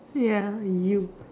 ya you